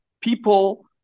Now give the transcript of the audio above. people